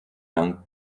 young